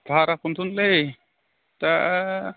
भाराखौनोथ'लै दा